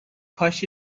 کاش